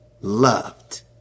loved